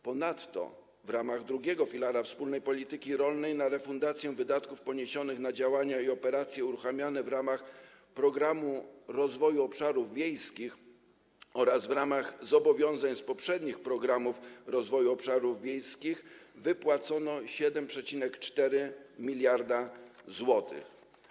Ponadto w ramach II filara wspólnej polityki rolnej na refundację wydatków poniesionych na działania i operacje uruchamiane w ramach Programu Rozwoju Obszarów Wiejskich oraz w ramach zobowiązań z poprzednich programów rozwoju obszarów wiejskich wypłacono 7,4 mld zł.